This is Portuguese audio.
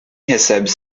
recebe